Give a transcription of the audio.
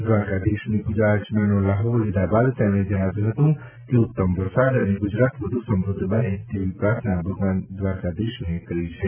દ્વારકાધીશને પૂજા અર્ચનાનો લહાવો લીધા બાદ તેમણે જણાવ્યું હતું કે ઉત્તમ વરસાદ અને ગુજરાત વધુ સમૃધ્ધ બને તેવી પ્રાર્થના ભગવાન દ્વારકાધીશને કરી છે